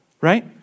right